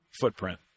footprint